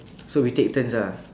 so we take turns ah